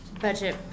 budget